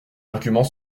argument